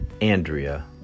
Andrea